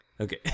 Okay